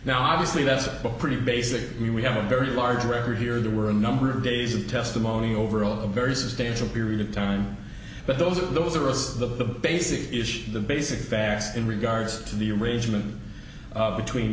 now obviously that's a pretty basic we we have a very large record here there were a number of days of testimony overall a very substantial period of time but those are those are the basic issues the basic facts in regards to the arrangement between